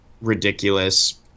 ridiculous